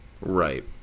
Right